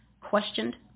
questioned